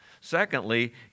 Secondly